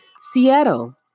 Seattle